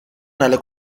nelle